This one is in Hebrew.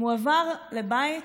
מועבר לבית